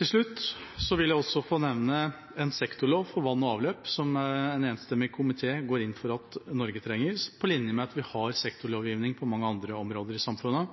Til slutt vil jeg også få nevne en sektorlov for vann og avløp, som en enstemmig komité mener at Norge trenger, på linje med at vi har sektorlovgivning på mange andre områder i samfunnet.